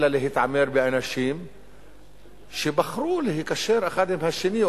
אלא להתעמר באנשים שבחרו להיקשר אחד עם השני או